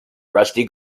rusty